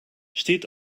steht